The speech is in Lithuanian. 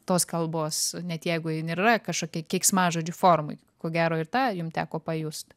tos kalbos net jeigu jin ir yra kažkokia keiksmažodžių formoj ko gero ir tą jum teko pajust